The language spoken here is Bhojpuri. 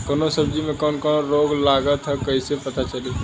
कौनो सब्ज़ी में कवन रोग लागल ह कईसे पता चली?